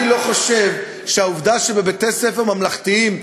אני לא חושב שהעובדה שבבתי-ספר ממלכתיים,